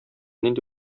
нинди